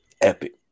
epic